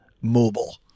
Mobile